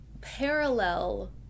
parallel